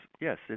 yes